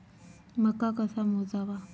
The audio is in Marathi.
मका कसा मोजावा?